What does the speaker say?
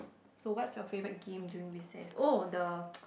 so what's your favourite game during recess oh the